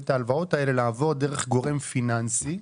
את ההלוואות האלה לעבור דרך גורם פיננסי.